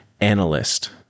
analyst